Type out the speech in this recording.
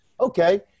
Okay